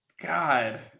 God